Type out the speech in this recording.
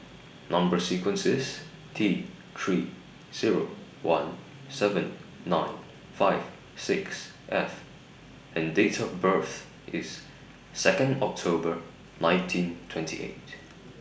Number sequence IS T three Zero one seven nine five six F and Date of birth IS Second October nineteen twenty eight